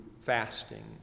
fasting